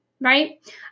right